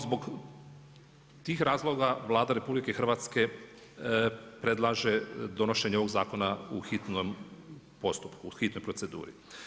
Zbog tih razloga Vlada RH predlaže donošenje ovog zakona u hitnom postupku, u hitnoj proceduri.